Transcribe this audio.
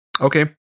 okay